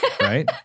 Right